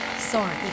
Sorry